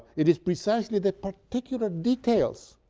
it is precisely the particular details,